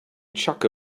chukka